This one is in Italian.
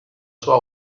sua